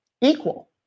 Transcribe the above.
equal